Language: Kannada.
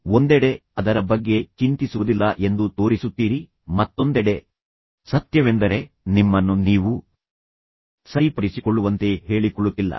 ಒಂದೆಡೆ ನೀವು ಅದರ ಬಗ್ಗೆ ಚಿಂತಿಸುವುದಿಲ್ಲ ಎಂದು ನೀವು ತೋರಿಸುತ್ತೀರಿ ಮತ್ತೊಂದೆಡೆ ಸತ್ಯವೆಂದರೆ ನಿಮ್ಮನ್ನು ನೀವು ಸರಿಪಡಿಸಿಕೊಳ್ಳುವಂತೆ ಹೇಳಿಕೊಳ್ಳುತ್ತಿಲ್ಲ